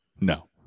No